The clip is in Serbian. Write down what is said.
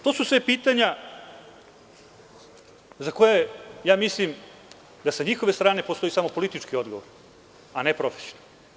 To su sve pitanja za koje da sa njihove strane postoji samo politički odgovor, a ne profesionalni.